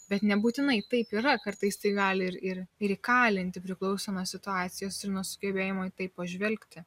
bet nebūtinai taip yra kartais tai gali ir ir ir įkalinti priklauso nuo situacijos ir nuo sugebėjimo į tai pažvelgti